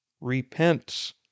Repent